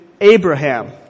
Abraham